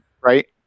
Right